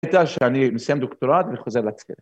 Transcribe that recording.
‫אתה יודע שאני מסיים דוקטורט ‫וחוזר לצרף.